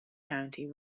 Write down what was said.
county